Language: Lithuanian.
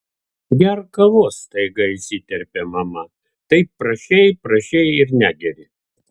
gerk kavos staiga įsiterpė mama taip prašei prašei ir negeri